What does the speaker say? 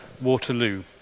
Waterloo